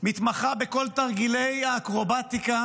מתמחה בכל תרגילי האקרובטיקה,